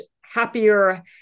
happier